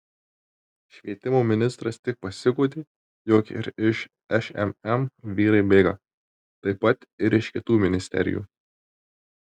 švietimo ministras tik pasiguodė jog ir iš šmm vyrai bėga taip pat ir iš kitų ministerijų